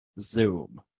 Zoom